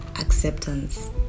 acceptance